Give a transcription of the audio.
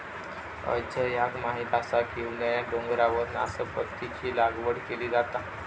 अजयाक माहीत असा की उन्हाळ्यात डोंगरावर नासपतीची लागवड केली जाता